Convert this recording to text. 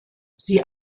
sie